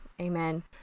Amen